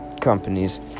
companies